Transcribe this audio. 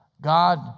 God